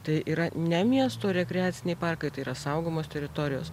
tai yra ne miesto rekreaciniai parkai tai yra saugomos teritorijos